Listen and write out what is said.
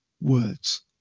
words